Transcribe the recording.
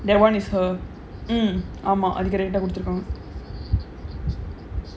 that [one] is her mmhmm ஆமா அதுக்கு:aamaa athukku right ah குடுத்துருக்காங்க:kuduthurukkaanga